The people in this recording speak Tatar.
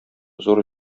зур